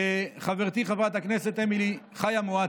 חברתי חברת הכנסת אמילי חיה מואטי,